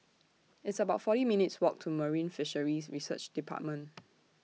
It's about forty minutes' Walk to Marine Fisheries Research department